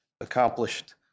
accomplished